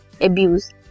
abuse